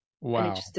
Wow